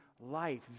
life